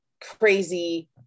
crazy